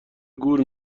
گور